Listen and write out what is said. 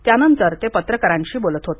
त्यानंतर ते पत्रकारांशी बोलत होते